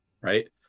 Right